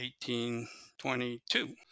1822